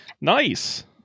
Nice